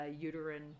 uterine